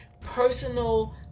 personal